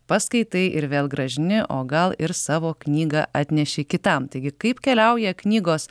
paskaitai ir vėl grąžini o gal ir savo knygą atneši kitam taigi kaip keliauja knygos